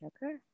Okay